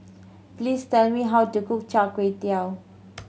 please tell me how to cook Char Kway Teow